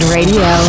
Radio